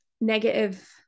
negative